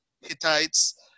Hittites